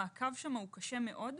המעקב שם קשה מאוד,